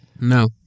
No